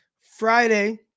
Friday